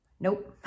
Nope